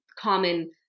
common